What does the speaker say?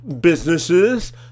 businesses